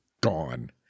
gone